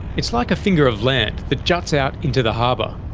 it's like a finger of land that juts out into the harbour.